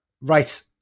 right